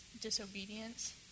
disobedience